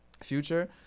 future